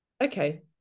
okay